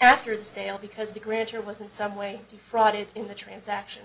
after the sale because the critter was in some way brought it in the transaction